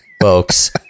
folks